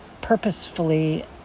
purposefully